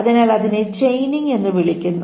അതിനാൽ അതിനെ ചെയിനിംഗ് എന്ന് വിളിക്കുന്നു